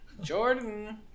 Jordan